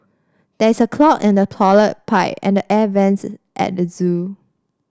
there is a clog in the toilet pipe and the air vents at the zoo